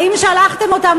האם שלחתם אותם,